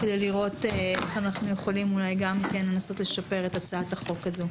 וכדי לראות איך אנחנו יכולים לנסות לשפר את הצעת החוק הזו.